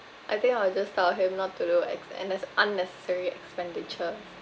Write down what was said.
I think I will just tell him not to do ex~ annes~ unnecessary expenditure